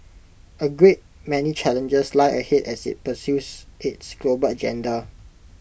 A great many challenges lie ahead as IT pursues its global agenda